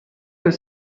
his